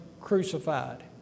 crucified